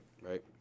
right